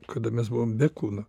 kada mes buvom be kūno